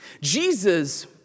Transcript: Jesus